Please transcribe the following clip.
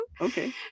Okay